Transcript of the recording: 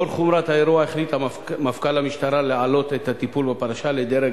לאור חומרת האירוע החליט מפכ"ל המשטרה להעלות את הטיפול בפרשה לדרג